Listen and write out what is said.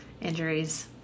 injuries